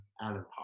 Alan